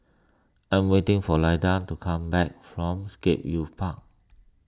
I am waiting for Lyda to come back from Scape Youth Park